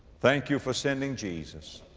thank you for sending jesus